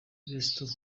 resitora